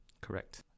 Correct